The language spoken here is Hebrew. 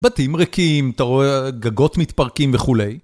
בתים ריקים, אתה רואה? גגות מתפרקים וכולי.